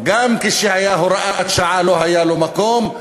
גם כשהייתה הוראת שעה לא היה לה מקום,